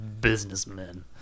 Businessmen